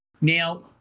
Now